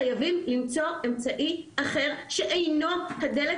חייבים למצוא אמצעי אחר שאינו הדלת